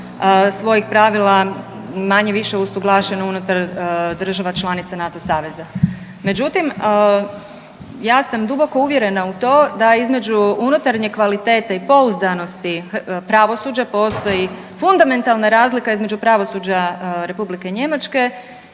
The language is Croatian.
svojih pravila manje-više usuglašeno unutar država članica NATO saveza. Međutim, ja sam duboko uvjerena u to da između unutarnje kvalitete i pouzdanosti pravosuđa postoji fundamentalna razlika između pravosuđa Republike Njemačke